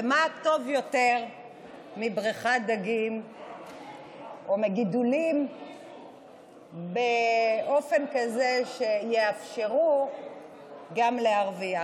ומה טוב יותר מבריכת דגים או מגידולים באופן כזה שיאפשרו גם להרוויח?